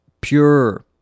pure